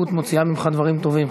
העייפות מוציאה ממך דברים טובים,